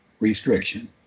restriction